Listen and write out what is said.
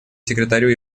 секретарю